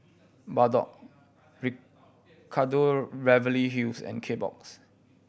Bardot Ricardo Beverly Hills and Kbox